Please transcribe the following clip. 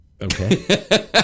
Okay